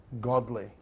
godly